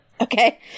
Okay